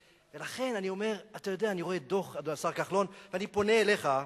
לכן, אני רואה דוח, השר כחלון, ואני פונה אליך,